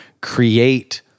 Create